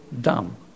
dumb